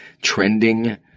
Trending